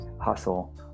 hustle